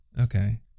Okay